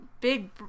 Big